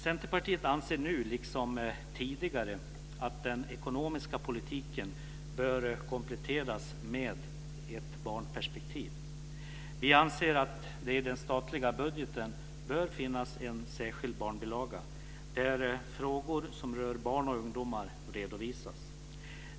Centerpartiet anser nu, liksom tidigare, att den ekonomiska politiken bör kompletteras med ett barnperspektiv. Vi anser att det i den statliga budgeten bör finnas en särskild barnbilaga, där frågor som rör barn och ungdomar redovisas.